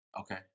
Okay